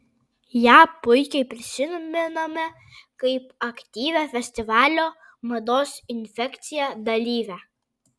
ją puikiai prisimename kaip aktyvią festivalio mados infekcija dalyvę